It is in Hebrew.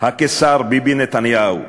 הקיסר ביבי נתניהו,